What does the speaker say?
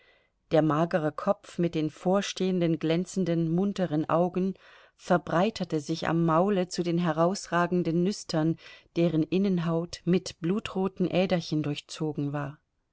der magere kopf mit den vorstehenden glänzenden munteren augen verbreiterte sich am maule zu den herausragenden nüstern deren innenhaut mit blutroten äderchen durchzogen war